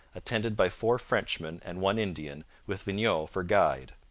attended by four frenchmen and one indian, with vignau for guide.